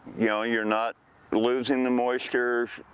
you know, you're not losing the moisture,